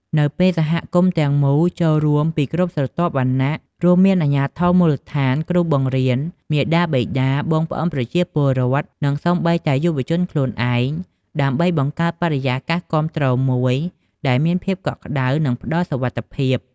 នៅពេលសហគមន៍ទាំងមូលចូលរួម ពីគ្រប់ស្រទាប់វណ្ណៈ រួមមានអាជ្ញាធរមូលដ្ឋាន គ្រូបង្រៀន មាតាបិតា បងប្អូនប្រជាពលរដ្ឋ និងសូម្បីតែយុវជនខ្លួនឯង ដើម្បីបង្កើតបរិយាកាសគាំទ្រមួយ ដែលមានភាពកក់ក្តៅ និងផ្តល់សុវត្ថិភាព។